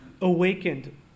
awakened